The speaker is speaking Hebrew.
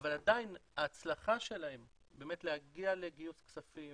אבל עדיין ההצלחה שלהם להגיע לגיוס כספים